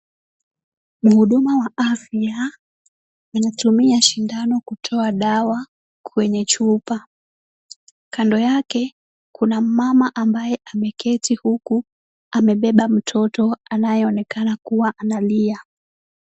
Mhuduma wa afya anatumia sindano kutoa dawa kwenye chupa, kando yake kuna mama ambaye ameketi huku amebeba mtoto anayeonekana kuwa analia.